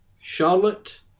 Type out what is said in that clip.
Charlotte